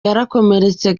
yakomeretse